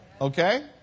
Okay